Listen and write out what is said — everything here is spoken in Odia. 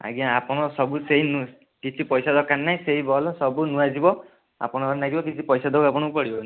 ଆଜ୍ଞା ଆପଣଙ୍କ ସବୁ ସେଇ କିଛି ପଇସା ଦରକାର ନାହିଁ ସେଇ ବଲ୍ବ୍ ସେଇ ସବୁ ନୂଆଁ ଯିବ ଆପଣଙ୍କର ଲାଗିବ କିଛି ପଇସା ଦବାକୁ ଆପଣଙ୍କୁ ପଡ଼ିବନି